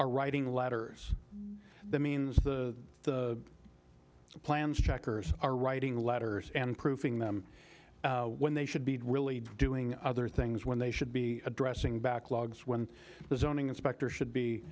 are writing letters that means the plans checkers are writing letters and proofing them when they should be really doing other things when they should be addressing backlogs when the zoning inspector should be